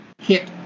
hit –